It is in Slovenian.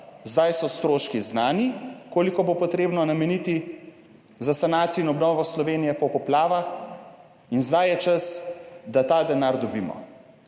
Zdaj so stroški znani, koliko bo potrebno nameniti za sanacijo in obnovo Slovenije po poplavah in zdaj je čas, da ta denar dobimo.